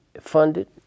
funded